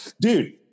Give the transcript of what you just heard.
dude